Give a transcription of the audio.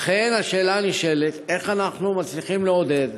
אכן, השאלה הנשאלת היא איך אנחנו מצליחים לעודד